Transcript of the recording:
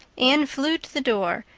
anne flew to the door,